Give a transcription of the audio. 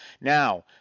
Now